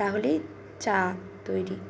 তাহলেই চা তৈরি